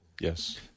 Yes